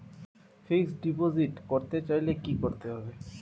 Fixed deposit করতে চাইলে কি করতে হবে?